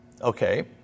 Okay